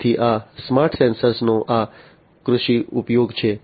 તેથી આ smart sensor નો આ કૃષિ ઉપયોગ છે